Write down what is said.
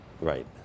Right